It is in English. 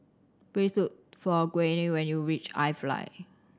please look for Gwyneth when you reach iFly